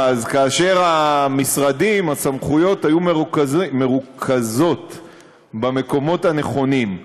כאשר המשרדים והסמכויות היו מרוכזים במקומות הנכונים.